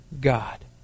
God